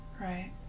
right